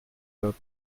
wird